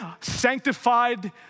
sanctified